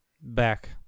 back